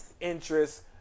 interests